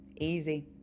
Easy